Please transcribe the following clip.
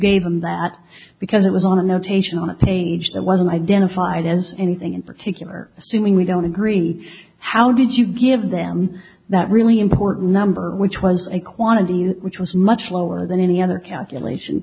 gave them that because it was on a notation on a page that wasn't identified as anything in particular assuming we don't agree how did you give them that really important number which was a quantity which was much lower than any other calculation